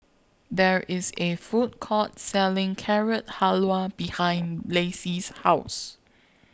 There IS A Food Court Selling Carrot Halwa behind Lacey's House